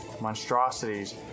monstrosities